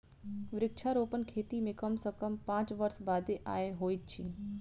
वृक्षारोपण खेती मे कम सॅ कम पांच वर्ष बादे आय होइत अछि